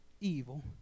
evil